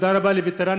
תודה רבה לווטרנים,